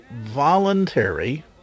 voluntary